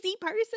person